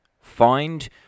Find